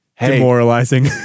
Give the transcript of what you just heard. demoralizing